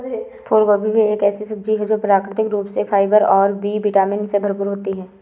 फूलगोभी एक ऐसी सब्जी है जो प्राकृतिक रूप से फाइबर और बी विटामिन से भरपूर होती है